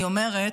אני אומרת,